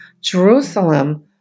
Jerusalem